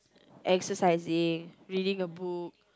exercising reading a book